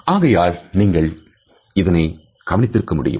ஆகையால் நீங்கள் இதனை கவனித்திருக்க முடியும்